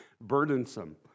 burdensome